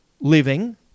living